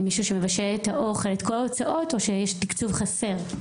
מישהו שמבשל את האוכל את כל ההוצאות או שיש תקצוב חסר.